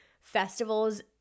festivals